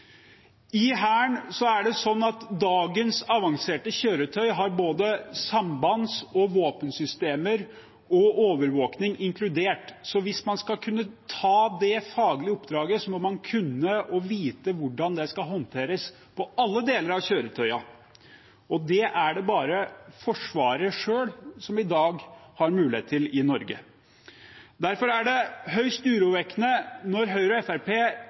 I Hæren er det sånn at dagens avanserte kjøretøy har både sambands- og våpensystemer og overvåkning inkludert, så hvis man skal kunne ta det faglige oppdraget, må man kunne det og vite hvordan det skal håndteres, på alle deler av kjøretøyene. Det er det bare Forsvaret selv som i dag har mulighet til i Norge. Derfor er det høyst urovekkende når Høyre og